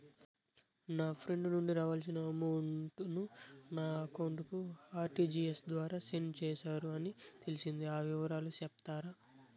నా ఫ్రెండ్ నుండి రావాల్సిన అమౌంట్ ను నా అకౌంట్ కు ఆర్టిజియస్ ద్వారా సెండ్ చేశారు అని తెలిసింది, ఆ వివరాలు సెప్తారా?